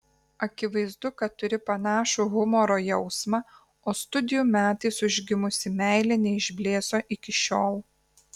akivaizdu kad turi panašų humoro jausmą o studijų metais užgimusi meilė neišblėso iki šiol